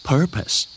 Purpose